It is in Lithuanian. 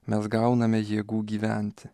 mes gauname jėgų gyventi